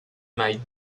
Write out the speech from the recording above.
might